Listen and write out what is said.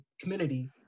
community